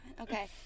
Okay